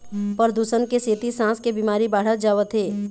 परदूसन के सेती सांस के बिमारी बाढ़त जावत हे